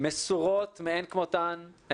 מסורות מאין כמותן,